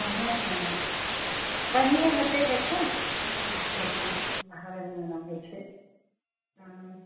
ओहए ने बढ़िएँ होएतै देखहो ने नहि ने होतऽ ओना बहरा नहि ओना होइत छै हँ